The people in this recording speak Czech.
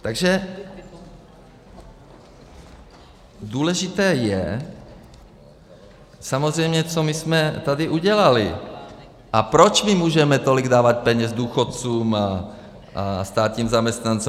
Takže důležité je samozřejmě, co my jsme tady udělali a proč my můžeme tolik dávat peněz důchodcům a státním zaměstnancům.